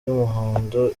y’umuhondo